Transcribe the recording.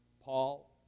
Paul